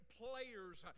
players